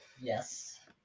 Yes